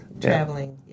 Traveling